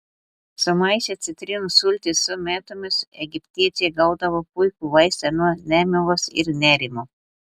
sumaišę citrinos sultis su mėtomis egiptiečiai gaudavo puikų vaistą nuo nemigos ir nerimo